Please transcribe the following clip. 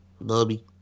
Bobby